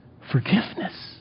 forgiveness